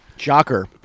Shocker